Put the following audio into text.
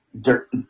Dirt